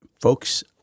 folks